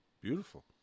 Beautiful